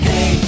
Hey